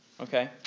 Okay